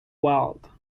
world